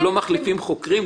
לא מחליפים חוקרים?